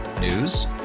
News